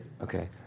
Okay